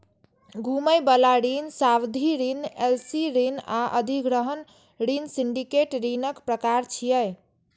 घुमै बला ऋण, सावधि ऋण, एल.सी ऋण आ अधिग्रहण ऋण सिंडिकेट ऋणक प्रकार छियै